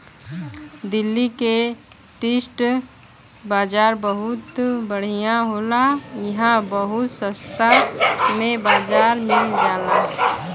दिल्ली के स्ट्रीट बाजार बहुत बढ़िया होला इहां बहुत सास्ता में सामान मिल जाला